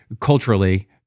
culturally